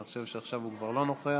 אני חושב שעכשיו הוא כבר לא נוכח,